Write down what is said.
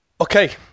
okay